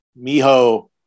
Mijo